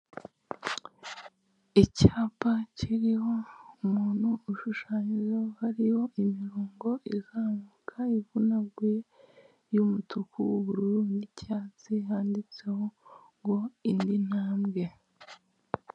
Icyapa kiriho umuntu ushushanyijeho hariho imirongo izamuka, ivunaguye y'umutuku, ubururu n'icyatsi yanditseho ngo indi ntambwe.